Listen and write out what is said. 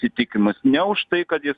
įtikimus ne už tai kad jis